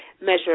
measure